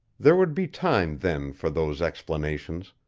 there would be time then for those explanations,